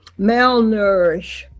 malnourished